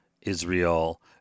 Israel